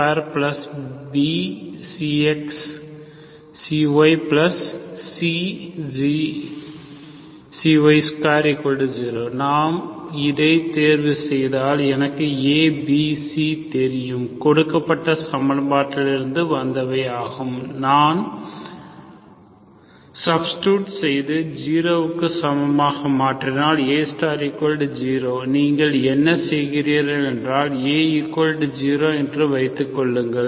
இதை நான் தேர்வுசெய்தால் எனக்கு A B C தெரியும் கொடுக்கப்பட்ட சமன்பாட்டிலிருந்து வந்தவை ஆகும் நான் சப்ஸ்டிடுட் செய்து 0 க்கு சமமாக மாற்றினால் A0 நீங்கள் என்ன செய்கிறீர்கள் என்றால் A0 என்று வைத்துக் கொள்ளுங்கள்